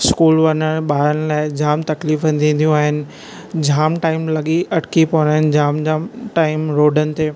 school वञणु ॿारनि लाइ जाम तकलीफ़ थीदियूं आहिनि जाम टाइम लॻी अटकी पवंदा आहिनि जाम जाम टाइम रोॾनि ते